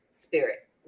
spirit